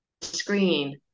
screen